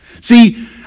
See